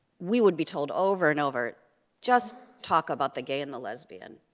we would be told over and over just talk about the gay and the lesbian.